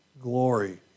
glory